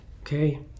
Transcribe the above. okay